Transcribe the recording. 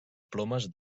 plomes